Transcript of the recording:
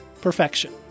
perfection